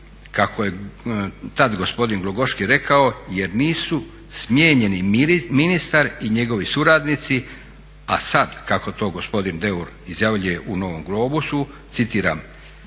kako je tad gospodin Glogoški rekao jer nisu smijenjeni ministar i njegovi suradnici, a sad kako to gospodin Deur izjavljuje u "Novom globusu" citiram: